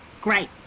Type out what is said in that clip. great